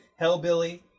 Hellbilly